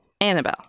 Annabelle